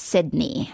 Sydney